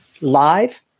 live